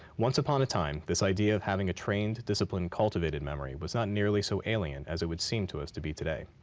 once upon a time this idea of having a trained, disciplined, cultivated memory was not nearly so alien as it would seem to us to be today.